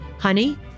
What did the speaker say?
Honey